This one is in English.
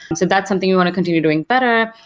and so that's something we want to continue doing better.